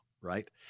right